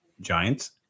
Giants